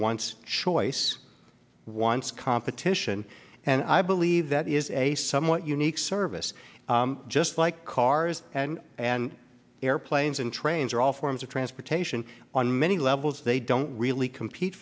once choice once competition and i believe that is a somewhat unique service just like cars and airplanes and trains are all forms of transportation on many levels they don't really compete